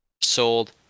Sold